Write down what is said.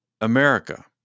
America